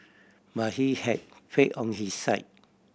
but he had faith on his side